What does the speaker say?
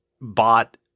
bought